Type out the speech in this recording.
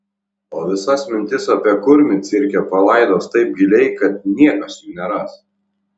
o visas mintis apie kurmį cirke palaidos taip giliai kad niekas jų neras